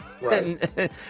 Right